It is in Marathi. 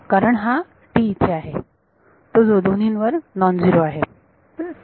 कारण हा T इथे आहे तो दोन्हींवर नॉन झीरो आहे